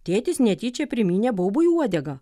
tėtis netyčia primynė baubui uodegą